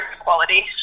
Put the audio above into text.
equality